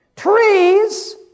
Trees